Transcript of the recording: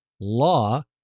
law